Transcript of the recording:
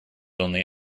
only